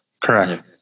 Correct